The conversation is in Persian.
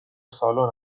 سالن